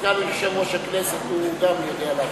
סגן יושב-ראש הכנסת, גם הוא יודע להבחין.